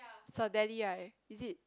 Cedele right is it